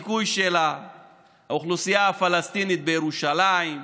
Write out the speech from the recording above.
בדיכוי של האוכלוסייה הפלסטינית בירושלים,